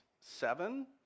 Seven